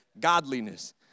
godliness